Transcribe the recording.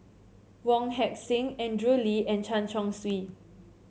Wong Heck Sing Andrew Lee and Chen Chong Swee